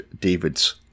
David's